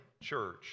church